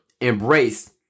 embrace